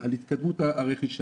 על התקדמות הרכישה.